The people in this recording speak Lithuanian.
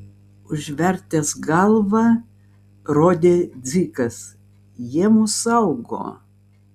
užvertęs galvą rodė dzikas jie mus saugo